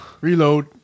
reload